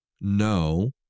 no